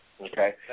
Okay